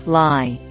lie